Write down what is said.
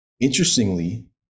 interestingly